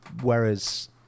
whereas